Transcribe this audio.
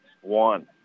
one